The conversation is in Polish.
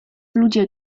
ludzie